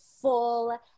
full